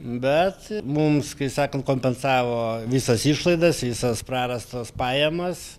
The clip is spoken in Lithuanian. bet mums kai sakant kompensavo visas išlaidas visas prarastas pajamas